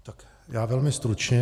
Tak já velmi stručně.